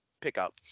pickup